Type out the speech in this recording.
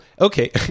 okay